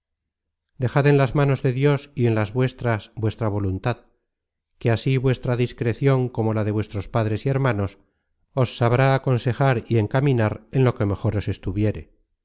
dejad en las manos de dios y en las vuestras vuestra voluntad que así vuestra discrecion como la de vuestros padres y hermanos os sabrá aconsejar y encaminar en lo que mejor os estuviere